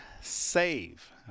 save